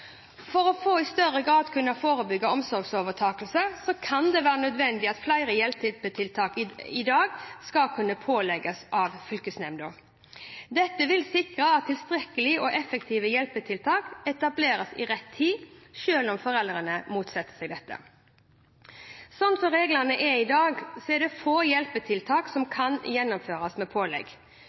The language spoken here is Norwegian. For i større grad å kunne forebygge omsorgsovertakelse kan det være nødvendig at flere hjelpetiltak enn i dag skal kunne pålegges av fylkesnemnda. Dette vil sikre at tilstrekkelige og effektive hjelpetiltak etableres i rett tid, selv om foreldrene motsetter seg det. Slik reglene er i dag, er det få hjelpetiltak som kan gjennomføres ved pålegg.